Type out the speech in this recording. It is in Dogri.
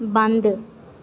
बंद